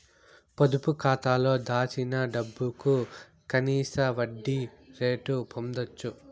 పొదుపు కాతాలో దాచిన డబ్బుకు కనీస వడ్డీ రేటు పొందచ్చు